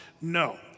No